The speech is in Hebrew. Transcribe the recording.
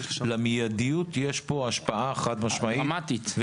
למידיות יש פה השפעה חד משמעית,